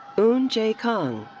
eun j. kang.